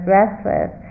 restless